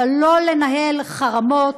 אבל לא לנהל חרמות,